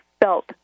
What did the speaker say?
felt